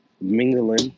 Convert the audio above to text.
mingling